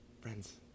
Friends